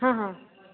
हां हां